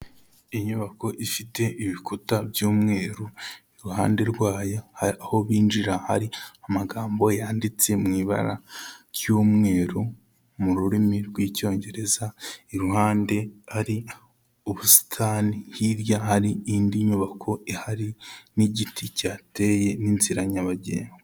Inyubako ifite ibikuta by'umweru, iruhande rwayo aho binjira hari amagambo yanditsew ibara ry'umweru mu rurimi rw'Icyongereza, iruhande ari ubusitani hirya hari indi nyubako ihari n'igiti cyateye n'inzira nyabagendwa.